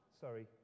sorry